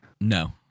No